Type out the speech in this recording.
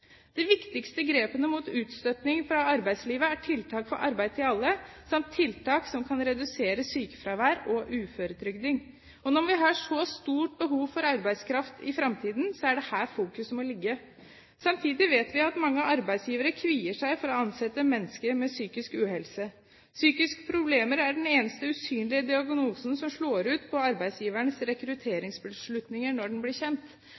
De viktigste grepene mot utstøting fra arbeidslivet er tiltak for arbeid for alle, samt tiltak som kan redusere sykefravær og uføretrygding. Når vi har så stort behov for arbeidskraft i fremtiden, er det her fokuset må ligge. Samtidig vet vi at mange arbeidsgivere kvier seg for å ansette mennesker med psykisk uhelse. Psykiske problemer er den eneste usynlige diagnosen som slår ut på arbeidsgiverens rekrutteringsbeslutninger når den blir kjent.